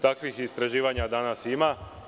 Takvih istraživanja danas ima.